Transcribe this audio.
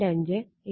5 8